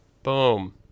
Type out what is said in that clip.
boom